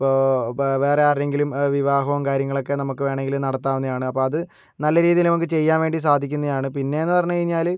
ഇപ്പോൾ ഇപ്പോൾ വേറെ ആരുടെയെങ്കിലും വിവാഹവും കാര്യങ്ങളൊക്കെ നമുക്ക് വേണെങ്കില് നടത്താവുന്നത് തന്നെയാണ് അപ്പോൾ അത് നല്ല രീതിയില് നമുക്ക് ചെയ്യാൻ വേണ്ടി സാധിക്കുന്നതാണ് പിന്നേ എന്ന് പറഞ്ഞ് കഴിഞ്ഞാല്